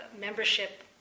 membership